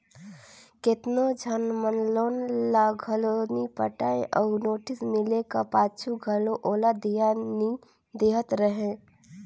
केतनो झन मन लोन ल घलो नी पटाय अउ नोटिस मिले का पाछू घलो ओला धियान नी देहत रहें